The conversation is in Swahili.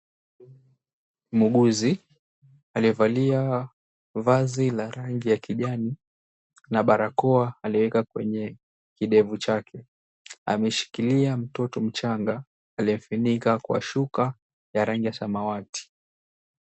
Muuguzi aliyevalia vazi la rangi ya kijani na barakoa aliweka kwenye kidevu chake, ameshikilia mtoto mchanga aliyemfinika kwa shuka ya rangi ya samawati.